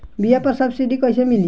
बीया पर सब्सिडी कैसे मिली?